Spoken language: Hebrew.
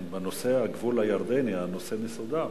כן, בנושא הגבול הירדני הנושא מסודר.